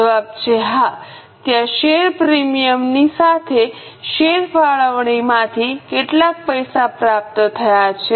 જવાબ છે હા ત્યાં શેર પ્રીમિયમની સાથે શેર ફાળવણીમાંથી કેટલાક પૈસા પ્રાપ્ત થયા છે